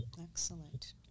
excellent